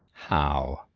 how!